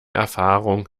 erfahrung